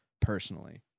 personally